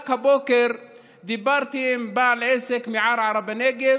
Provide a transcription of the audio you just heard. רק הבוקר דיברתי עם בעל עסק מערערה בנגב,